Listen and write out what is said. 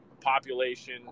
population